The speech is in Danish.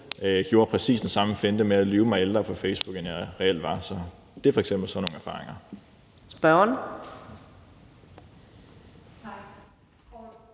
lavede præcis den samme finte med at lyve mig ældre på Facebook, end jeg reelt var. Så det er f.eks. sådan nogle erfaringer.